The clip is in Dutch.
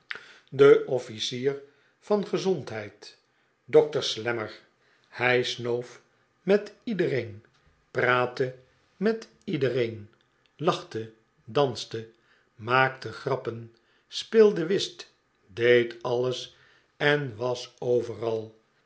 gezohdheid dokter slammer hij snoof met iedereen praatte met iedereen lachte danste maakte grappen speelde whist deed alles en was overal